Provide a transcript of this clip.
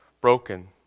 broken